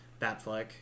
Batfleck